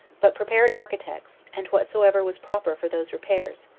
but prepared architects, and whatsoever was proper for those repairs,